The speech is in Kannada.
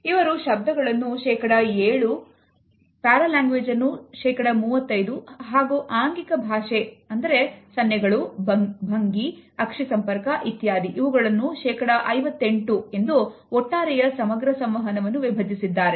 ಇವರು ಶಬ್ದಗಳನ್ನ ಶೇಕಡಾ 7 paralanguage ಅನ್ನು ಶೇಕಡಾ 35 ಹಾಗೂ ಆಂಗಿಕ ಭಾಷೆಯನ್ನು ಸನ್ನೆಗಳು ಭಂಗಿ ಅಕ್ಷಿ ಸಂಪರ್ಕ ಇತ್ಯಾದಿ ಶೇಕಡಾ 58 ಇಂದು ಒಟ್ಟಾರೆಯ ಸಮಗ್ರ ಸಂವಹನವನ್ನು ವಿಭಜಿಸಿದ್ದಾರೆ